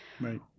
Right